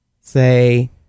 say